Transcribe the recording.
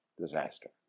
disaster